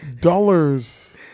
Dollars